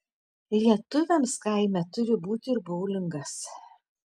lietuviams kaime turi būti ir boulingas